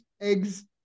eggs